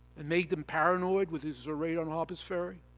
and made them paranoid with his raid on harper's ferry?